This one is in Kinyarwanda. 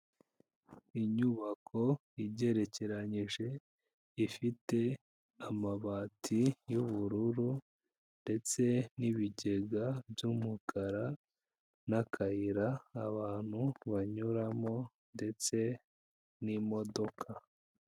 Inyubako igerekerenyije ifite amabati y'ubururu ndetse n'ibigega by'umukara n'akayira abantu banyuramo ndetse n'imodoka.